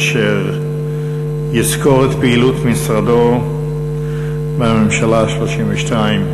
אשר יסקור את פעילות משרדו בממשלה ה-32.